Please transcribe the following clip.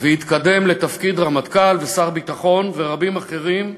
והתקדם לתפקיד הרמטכ"ל ושר הביטחון, ורבים אחרים,